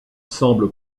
semble